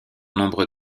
nombre